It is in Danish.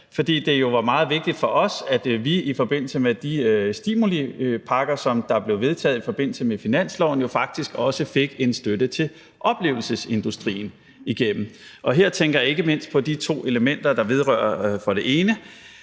fordi det jo var meget vigtigt for os, at vi i forbindelse med de stimulipakker, som blev vedtaget i forbindelse med finansloven, jo faktisk også fik en støtte til oplevelsesindustrien igennem. Her tænker jeg ikke mindst på de to elementer, der vedrører det.